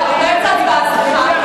התש"ע 2009,